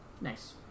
Nice